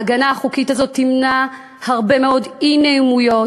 ההגנה החוקית הזאת תמנע הרבה מאוד אי-נעימויות,